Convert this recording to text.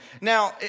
Now